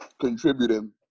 contributing